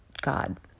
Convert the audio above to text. God